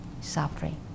suffering